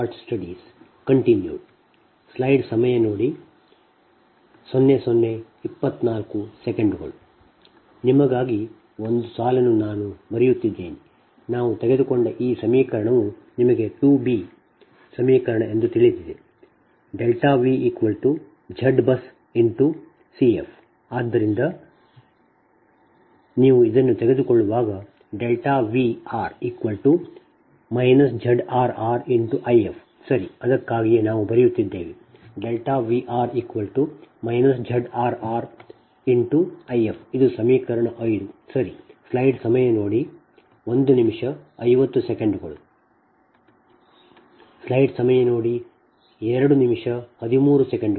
ಆದ್ದರಿಂದ V1 V2 Vr Vn Z11 Z21 Z21 Z22 Zr1 Zr2 Z1n Z2n Zr1 Zr2 Zrr Zrn Zn1 Zn2 Znr Znn 0 0 Ir If 0 ಆದ್ದರಿಂದ ನೀವು ಇದನ್ನು ತೆಗೆದುಕೊಳ್ಳುವಾಗ Vr ZrrIf ಸರಿ ಅದಕ್ಕಾಗಿಯೇ ನಾವು ಬರೆಯುತ್ತಿದ್ದೇವೆ Vr ZrrIf ಇದು ಸಮೀಕರಣ 5 ಸರಿ